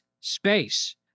space